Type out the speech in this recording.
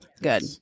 Good